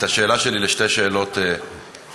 את השאלה שלי לשתי שאלות קצרות.